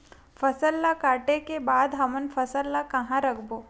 फसल ला काटे के बाद हमन फसल ल कहां रखबो?